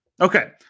okay